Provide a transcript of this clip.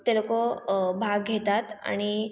ते लोकं भाग घेतात आणि